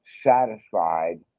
satisfied